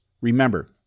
Remember